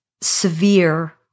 severe